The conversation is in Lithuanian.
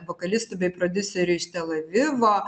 vokalistu bei prodiuseriu iš tel avivo